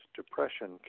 depression